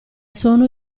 sono